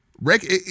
Rick